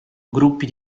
gruppi